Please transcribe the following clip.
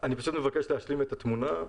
אני פשוט מבקש להשלים את התמונה.